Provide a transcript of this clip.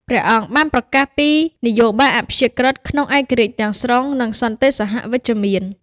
ព្រះអង្គបានប្រកាសពីនយោបាយអព្យាក្រឹតក្នុងឯករាជ្យទាំងស្រុង និងសន្តិសហវិជ្ជមាន។